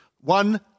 One